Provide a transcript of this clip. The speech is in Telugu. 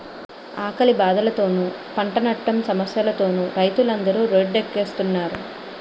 ఆకలి బాధలతోనూ, పంటనట్టం సమస్యలతోనూ రైతులందరు రోడ్డెక్కుస్తున్నారు